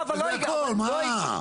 זה הכל, מה?